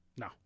No